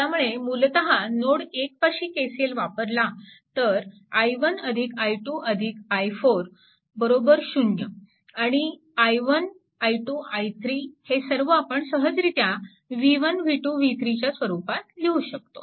त्यामुळे मूलतः नोड 1 पाशी KCL वापरला तर i1 i2 i4 0 आणि i1 i2 i3 हे सर्व आपण सहजरित्या v1 v2 v3 च्या स्वरूपात लिहू शकतो